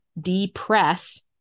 depress